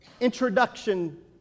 introduction